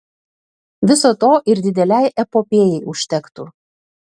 viso to ir didelei epopėjai užtektų